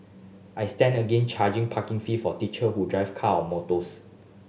I stand again charging parking fee for teacher who drive car or motors